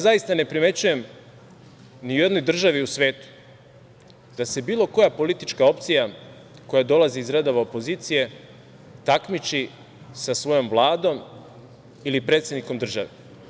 Zaista ne primećujem ni u jednom državi u svetu da se bilo koja politička opcija, koja dolazi iz redova opozicije, takmiči sa svojom Vladom ili predsednikom države.